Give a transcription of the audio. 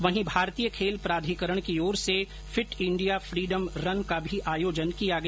वहीं भारतीय खेल प्राधिकरण की ओर से फिट इंडिया फीडम रन का भी आयोजन किया गया